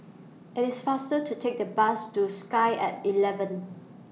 IT IS faster to Take The Bus to Sky At eleven